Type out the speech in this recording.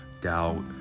doubt